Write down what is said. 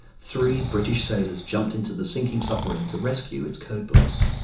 three british sailors jumped into the sinking submarine to rescue its codebooks.